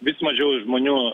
vis mažiau žmonių